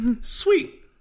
Sweet